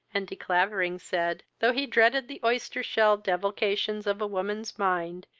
and de clavering said, though he dreaded the oyster-shell devilifications of a woman's mind,